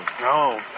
no